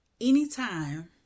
Anytime